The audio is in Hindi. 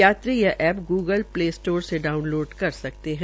यात्री यह ऐप्प ग्रगल प्ले स्टोर से भी डाऊनलोड कर सकते है